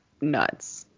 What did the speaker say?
nuts